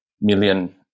million